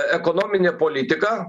ekonominė politika